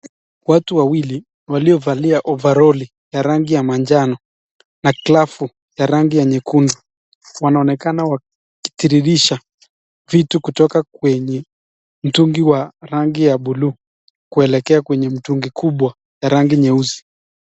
Watu wawili waliovalia ovaroli ya rangi ya manjano na glavu ya rangi ya nyekundu ,wanaonekana wakitiririsha vitu kutoka kwenye mtungi wa rangi ya bluu kuelekea kwenye mtungi kubwa ya rangi nyeusi.